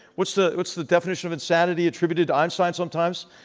what's the what's the definition of insanity attributed to einstein sometimes?